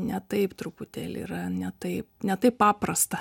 ne taip truputėlį yra ne taip ne taip paprasta